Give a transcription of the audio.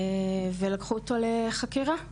ולקחו אותו לחקירה.